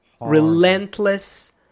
relentless